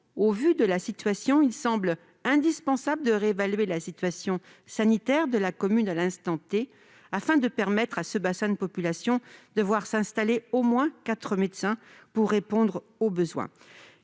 au vu de la situation, il semble indispensable de réévaluer la situation sanitaire de la commune à l'instant, afin de permettre à ce bassin de population de voir s'installer au moins quatre médecins pour répondre aux besoins.